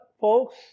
folks